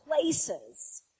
places